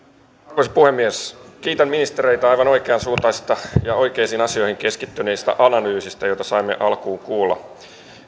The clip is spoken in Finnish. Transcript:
arvoisa puhemies kiitän ministereitä aivan oikeansuuntaisista ja oikeisiin asioihin keskittyneistä analyyseistä joita saimme alkuun kuulla